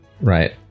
right